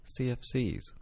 CFCs